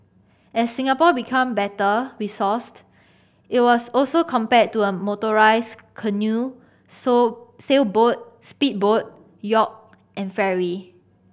as Singapore became better resourced it was also compared to a motorized canoe so sailboat speedboat yacht and ferry